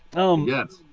oh, yes.